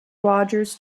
rogers